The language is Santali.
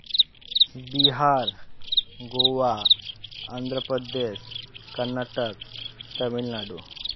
ᱵᱤᱦᱟᱨ ᱜᱳᱣᱟ ᱚᱱᱫᱷᱨᱚᱯᱨᱚᱫᱮᱥ ᱠᱚᱨᱱᱟᱴᱚᱠ ᱛᱟᱢᱤᱞᱱᱟᱰᱩ